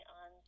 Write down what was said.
on